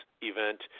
event